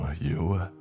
You